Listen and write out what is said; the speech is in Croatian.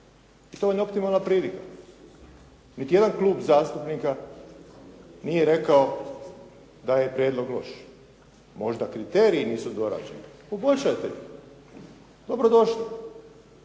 vam je optimalna prilika. Niti jedan klub zastupnika nije rekao da je prijedlog loš. Možda kriteriji nisu dorađeni. Poboljšajte ga. Dobrodošli.